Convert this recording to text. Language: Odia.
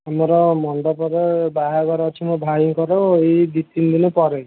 ଆମର ମଣ୍ଡପରେ ବାହାଘର ଅଛି ମୋ ଭାଇଙ୍କର ଏହି ଦୁଇ ତିନିଦିନ ପରେ